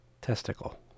testicle